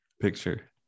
picture